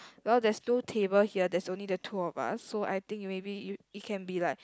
well there's two table here there's only the two of us so I think maybe you it can be like